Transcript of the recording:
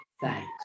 thanks